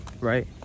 right